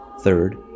Third